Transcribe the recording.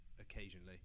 occasionally